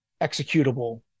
executable